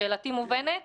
שאלתי מובנת?